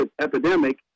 Epidemic